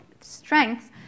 strengths